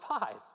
five